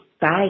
Bye